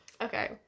Okay